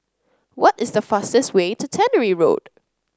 what is the fastest way to Tannery Road